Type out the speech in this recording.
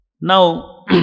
Now